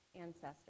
ancestors